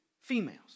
females